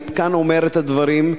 ואני כאן אומר את הדברים,